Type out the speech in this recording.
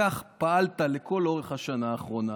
כך פעלת לכל אורך השנה האחרונה,